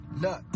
look